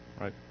right